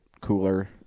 cooler